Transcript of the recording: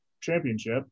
championship